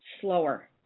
slower